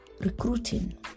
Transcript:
recruiting